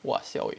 !wah! siao eh